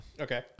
Okay